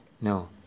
no